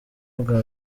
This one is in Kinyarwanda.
bwa